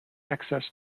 excess